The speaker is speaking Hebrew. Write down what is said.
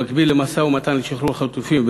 במקביל למשא-ומתן לשחרור החטופים,